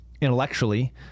intellectually